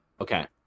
Okay